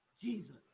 Jesus